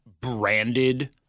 branded